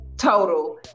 Total